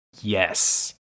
Yes